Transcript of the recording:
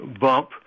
Bump